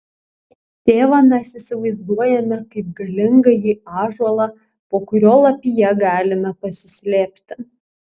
tėvą mes įsivaizduojame kaip galingąjį ąžuolą po kurio lapija galime pasislėpti